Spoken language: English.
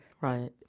Right